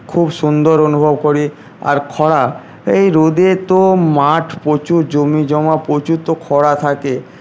খুব সুন্দর অনুভব করি আর খরা এই রোদে তো মাঠ প্রচুর জমিজমা প্রচুর তো খরা থাকে